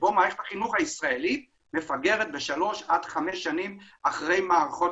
שבו מערכת החינוך הישראלית מפגרת בשלוש עד חמש שנים אחרי מערכות